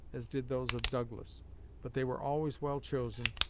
as did those of douglas but they were always well chosen,